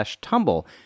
tumble